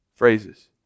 phrases